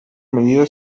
medida